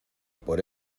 por